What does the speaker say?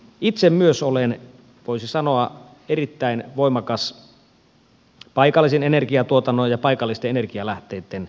itse myös olen voisi sanoa erittäin voimakas paikallisen energiatuotannon ja paikallisten energialähteitten kannattaja